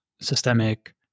systemic